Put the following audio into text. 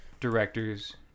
Directors